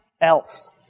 else